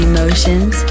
Emotions